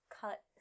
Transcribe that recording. cut